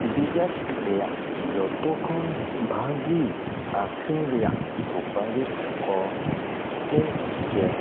desert ᱨᱮᱭᱟᱜ ᱡᱷᱚᱛᱚ ᱠᱷᱚᱱ ᱵᱷᱟᱹᱜᱤ ᱟᱠᱷᱨᱤᱧ ᱨᱮᱭᱟᱜ ᱥᱩᱯᱟᱨᱤᱥ ᱠᱚ ᱪᱮᱫ ᱪᱮᱫ